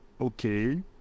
Okay